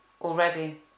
already